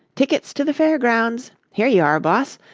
tickets to the fair grounds! here you are, boss!